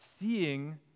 seeing